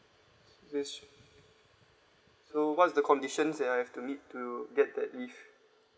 just so what is the conditions that I have to meet to get that leave